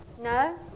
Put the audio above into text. No